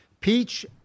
Peach